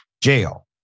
Jail